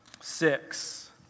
six